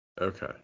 Okay